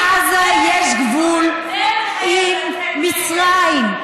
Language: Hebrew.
לעזה יש גבול עם מצרים.